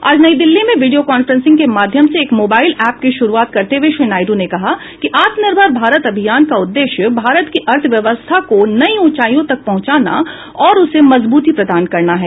आज नई दिल्ली में video conferencing के माध्यम से एक मोबाइल ऐप की श्रुआत करते हुए श्री नायडू ने कहा कि आत्मनिर्भर भारत अभियान का उद्देश्य भारत की अर्थव्यवस्था को नई ऊंचाइयों तक पहुंचाना और उसे मजबूती प्रदान करना है